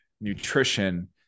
nutrition